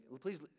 please